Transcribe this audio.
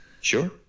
Sure